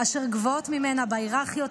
אשר גבוהות ממנה בהיררכיות,